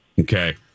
Okay